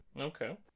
Okay